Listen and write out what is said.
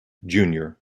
junior